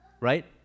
Right